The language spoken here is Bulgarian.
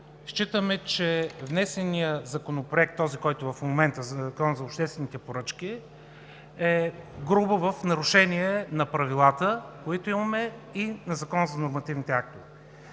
Считаме, че внесеният Законопроект, който в момента разглеждаме – Закона за обществените поръчки, е в грубо нарушение на правилата, които имаме и на Закона за нормативните актове.